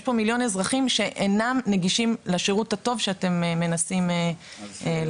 יש פה מיליון אזרחים שאינם נגישים לשירות הטוב שאתם מנסים לתת.